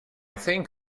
think